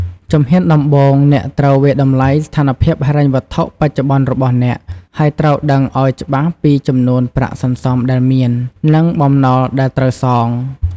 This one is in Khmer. ជំហានដំបូង អ្នកត្រូវវាយតម្លៃស្ថានភាពហិរញ្ញវត្ថុបច្ចុប្បន្នរបស់អ្នក ហើយត្រូវដឹងឱ្យច្បាស់ពីចំនួនប្រាក់សន្សំដែលមាន និងបំណុលដែលត្រូវសង។